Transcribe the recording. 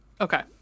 Okay